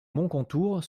moncontour